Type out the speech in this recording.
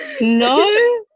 No